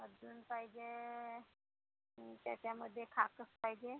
अजून पाहिजे त्याच्यामध्ये खाक पाहिजे